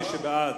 מי שבעד,